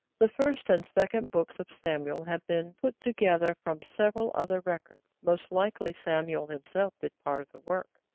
the first and second books of samuel have been put together from several other records. most likely samuel himself did part of the work.